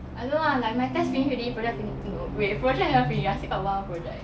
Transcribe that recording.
I don't know lah like my test finish already project finish err no wait project haven't finish still got one more project